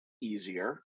easier